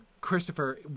Christopher